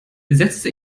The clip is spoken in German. setzte